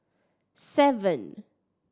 seven